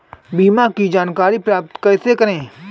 बीमा की जानकारी प्राप्त कैसे करें?